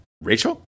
rachel